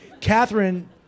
Catherine